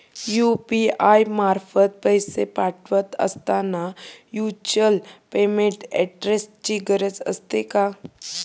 UPI मार्फत पैसे पाठवत असताना व्हर्च्युअल पेमेंट ऍड्रेसची गरज असते का?